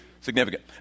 significant